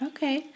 Okay